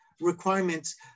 requirements